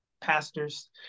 pastors